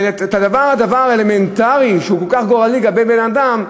ואת הדבר האלמנטרי שהוא כל כך גורלי לגבי בן-אדם,